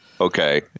Okay